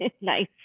nice